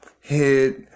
hit